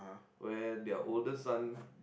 where their older son